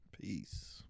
Peace